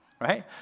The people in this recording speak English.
right